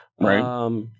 Right